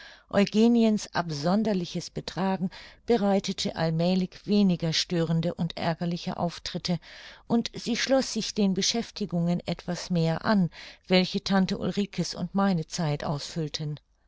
eugeniens absonderliches betragen bereitete allmälig weniger störende und ärgerliche auftritte und sie schloß sich den beschäftigungen etwas mehr an welche tante ulrike's und meine zeit ausfüllten